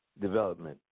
development